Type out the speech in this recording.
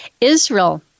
Israel